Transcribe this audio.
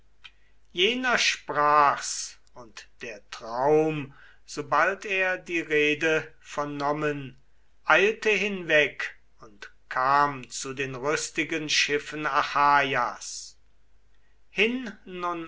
jener sprach's und der traum sobald er die rede vernommen eilte hinweg und kam zu den rüstigen schiffen achaias